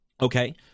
Okay